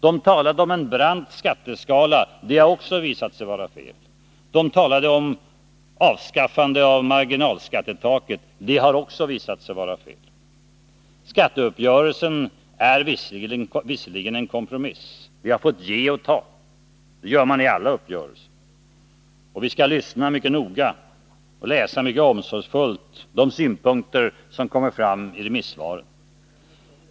Det talades om en brant skatteskala. Även detta har visat sig vara fel. Det talades om avskaffande av marginalskattetaket. Också det har visat sig vara fel. Skatteuppgörelsen är visserligen en kompromiss. Vi har fått ge och ta — så är det i alla uppgörelser. Vi skall lyssna mycket noga på de synpunkter som kommer fram, och vi skall mycket omsorgsfullt läsa de remissvar vi får.